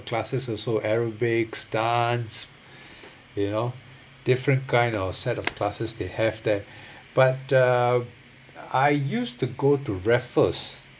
classes also aerobics dance you know different kind of set of classes they have there but uh I used to go to raffles